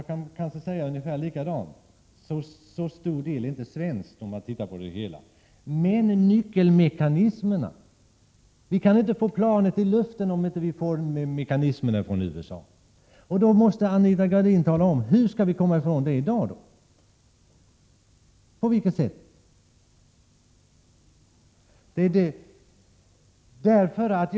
Så stor del i dessa plan är i och för sig inte svensk — det finner man om man tittar på hela planet. Vad beträffar nyckelmekanismerna är det dock så att vi inte kan få planen i luften om mekanismer inte levereras från USA. Anita Gradin måste tala om på vilket sätt vi i dag skall kunna komma ifrån detta beroende.